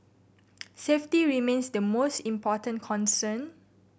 safety remains the most important concern